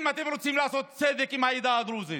אם אתם רוצים לעשות צדק עם העדה הדרוזית.